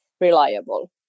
reliable